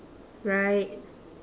right